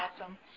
awesome